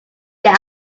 from